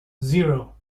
zero